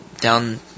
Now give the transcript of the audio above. down